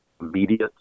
immediate